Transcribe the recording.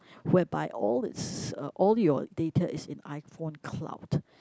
whereby all it's uh all your data is in iPhone cloud